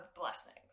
blessings